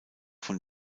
von